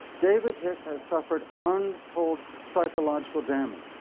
david hicks has suffered untold psychological damage.